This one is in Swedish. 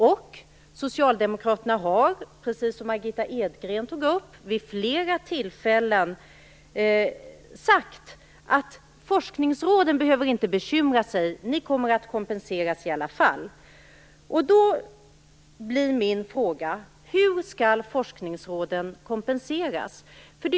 Och socialdemokraterna har, precis som Margitta Edgren tog upp, vid flera tillfällen sagt att forskningsråden inte behöver bekymra sig; de kommer att kompenseras i alla fall. Då blir min fråga: Hur skall forskningsråden kompenseras?